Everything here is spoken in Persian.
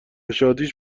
شادیش